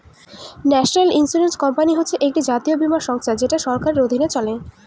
national insurance company হচ্ছে একটি জাতীয় বীমা সংস্থা যেটা সরকারের অধীনে চলে